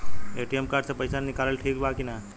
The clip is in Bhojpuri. ए.टी.एम कार्ड से पईसा निकालल ठीक बा की ना?